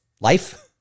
life